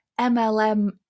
MLM